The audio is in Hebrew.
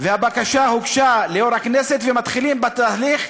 והבקשה הוגשה ליושב-ראש הכנסת, ומתחילים בתהליך,